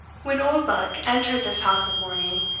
when oldbuck entered this house of mourning,